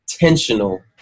intentional